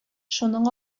шуның